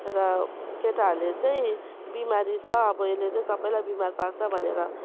र केटाहरूले चाहिँ बिमारी छ अब अहिले चाहिँ सबैलाई बिमार पार्छ भनेर